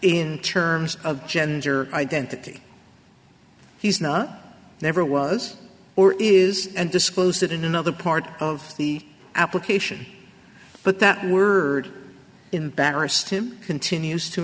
in terms of gender identity he's not never was or is and disclosed it in another part of the application but that word in battersea him continues to